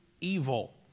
evil